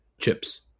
chips